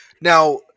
now